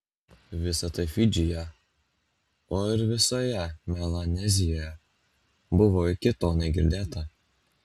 visa tai fidžyje o ir visoje melanezijoje buvo iki tol negirdėta